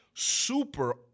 super